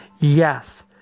Yes